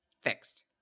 fixed